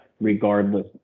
regardless